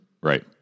right